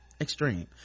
extreme